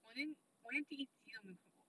我连我连第一集没有看过